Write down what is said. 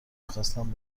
میخواستم